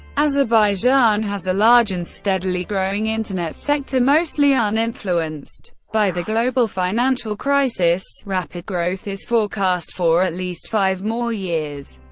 azerbaijan has a large and steadily growing internet sector, mostly uninfluenced by the global financial crisis rapid growth is forecast for at least five more years.